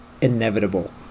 inevitable